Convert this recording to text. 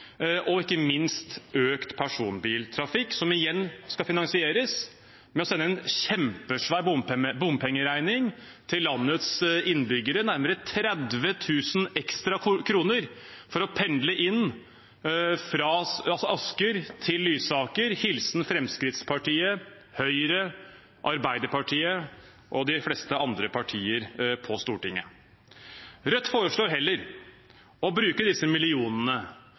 og ikke minst økt personbiltrafikk, som igjen skal finansieres ved å sende en kjempesvær bompengeregning til landets innbyggere – nærmere 30 000 kr ekstra for å pendle inn fra Asker til Lysaker, hilsen Fremskrittspartiet, Høyre, Arbeiderpartiet og de fleste andre partier på Stortinget. Rødt foreslår heller å bruke disse millionene